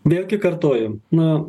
vėlgi kartoju na